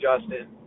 Justin